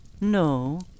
No